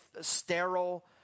sterile